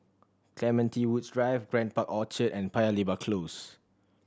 Clementi Woods Drive Grand Park Orchard and Paya Lebar Close